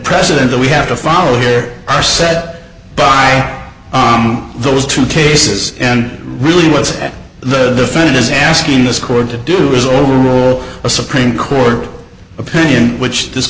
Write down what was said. president that we have to follow here are set by those two cases and really what's the defendant's asking this court to do is a supreme court opinion which this